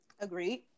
Agreed